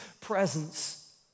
presence